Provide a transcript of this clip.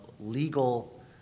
legal